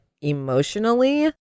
emotionally